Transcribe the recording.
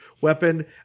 weapon